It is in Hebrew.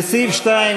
לסעיף 2,